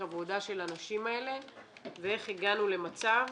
העבודה של הנשים האלה ואיך הגענו למצב